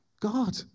God